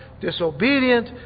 disobedient